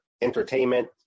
entertainment